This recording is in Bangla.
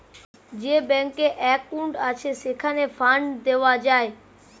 যে ব্যাংকে একউন্ট আছে, সেইখানে ফান্ড দেওয়া যায়